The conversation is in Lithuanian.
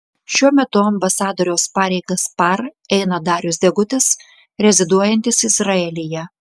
šiuo metu ambasadoriaus pareigas par eina darius degutis reziduojantis izraelyje